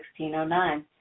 1609